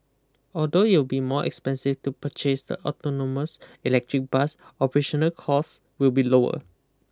although it will be more expensive to purchase the autonomous electric bus operational cost will be lower